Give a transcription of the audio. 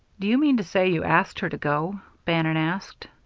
do you mean to say you asked her to go? bannon asked.